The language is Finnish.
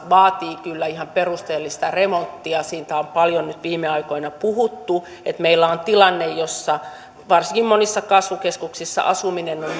vaatii ihan perusteellista remonttia siitä on paljon nyt viime aikoina puhuttu että meillä on tilanne jossa varsinkin monissa kasvukeskuksissa asuminen on niin